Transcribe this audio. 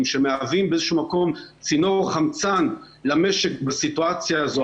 שמהווים איזשהו מקום צינור חמצן למשק בסיטואציה הזו,